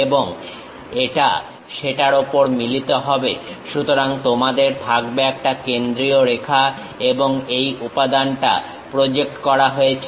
এখন এটা সেটার ওপর মিলিত হবে সুতরাং তোমাদের থাকবে একটা কেন্দ্রীয় রেখা এবং এই উপাদানটা প্রজেক্ট করা হয়েছে